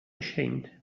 ashamed